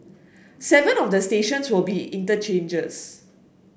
seven of the stations will be interchanges